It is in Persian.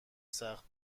سخت